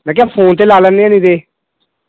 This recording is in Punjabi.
ਮੈਂ ਕਿਹਾ ਫੋਨ 'ਤੇ ਲਾ ਲੈਂਦੇ ਹਾਂ ਨਹੀਂ ਤਾਂ